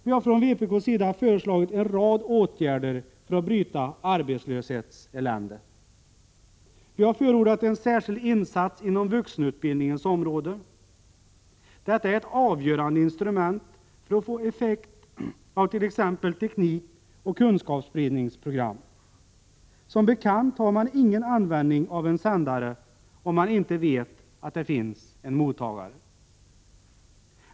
Vi har från vpk:s sida föreslagit en rad åtgärder för att bryta arbetslöshetseländet. Vi har förordat en särskild insats på vuxenutbildningens område. Detta är ett avgörande instrument för att få effekt av t.ex. teknikoch kunskapsspridningsprogram. Som bekant har man ingen användning av en sändare om man inte vet att det finns en mottagare.